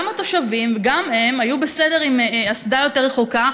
גם התושבים וגם הם היו בסדר עם אסדה יותר רחוקה,